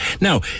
Now